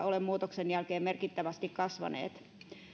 ole muutoksen jälkeen merkittävästi kasvaneet